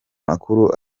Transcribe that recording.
makuru